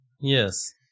Yes